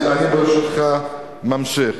אני, ברשותך, ממשיך.